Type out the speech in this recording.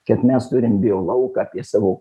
kad mes turim biolauką ir savo